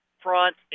front